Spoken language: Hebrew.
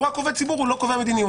הוא רק עובד ציבור, הוא לא קובע מדיניות.